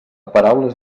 paraules